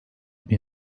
bin